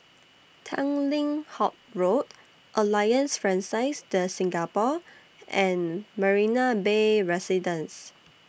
Tanglin Halt Road Alliance Francaise De Singapour and Marina Bay Residences